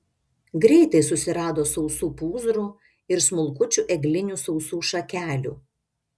greitai susirado sausų pūzrų ir smulkučių eglinių sausų šakelių